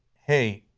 hey,